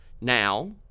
now